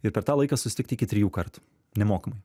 ir per tą laiką susitikt iki trijų kartų nemokamai